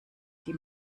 die